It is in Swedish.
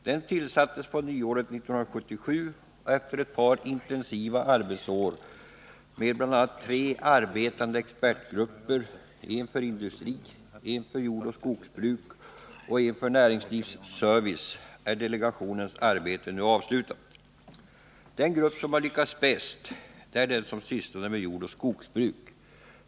Den tillsattes på nyåret 1977, och efter ett par intensiva arbetsår med bl.a. tre arbetande expertgrupper, en för industri, en för jordoch skogsbruk och en för näringslivsservice, är delegationens arbete nu avslutat. Den grupp som lyckades bäst är den som sysslade med jordoch skogsbruk.